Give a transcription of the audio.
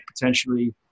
potentially